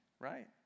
right